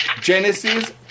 Genesis